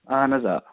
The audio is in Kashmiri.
اہَن حظ آ